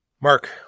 Mark